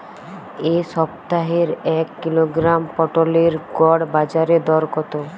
এ সপ্তাহের এক কিলোগ্রাম পটলের গড় বাজারে দর কত?